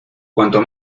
cuanto